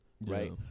Right